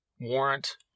Warrant